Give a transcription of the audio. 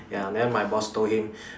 ya then my boss told him